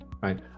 Right